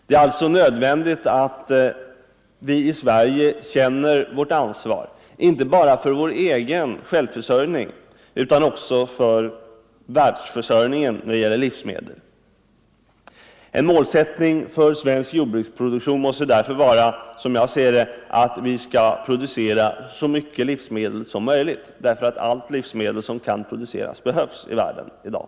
Det är således nödvändigt att vi i Sverige känner vårt — Nr 137 ansvar inte bara för vår självförsörjning utan också för världsförsörjningen Fredagen den då det gäller livsmedel. En målsättning för svensk jordbruksproduktion 6 december 1974 måste därför vara, som jag ser det, att vi skall producera så mycket LL livsmedel som möjligt därför att alla livsmedel som kan produceras be — Ang. jordbrukspolihövs i världen i dag.